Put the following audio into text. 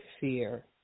fear